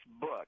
book